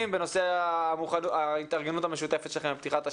בנושא ההתארגנות המשותפת שלכם לקראת פתיחת השנה.